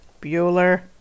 Bueller